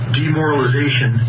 demoralization